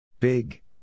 Big